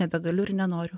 nebegaliu ir nenoriu